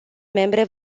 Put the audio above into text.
membre